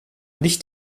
nicht